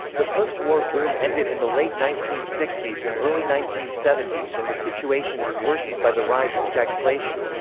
the postwar boom ended in the late nineteen sixty s and early nineteen seventy s and the situation was worsened by the rise of stagflation.